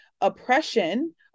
oppression